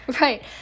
Right